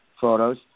photos